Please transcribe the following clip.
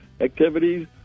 activities